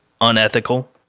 unethical